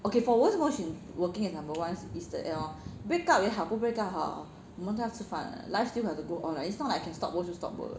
okay for 为什么我选 working is number one is that hor break up 也好不 break up 也好我们都要吃饭的 life still have to go on lah it's not I can stop 就 stop work